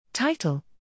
title